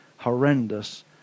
horrendous